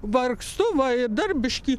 vargstu va dar biškį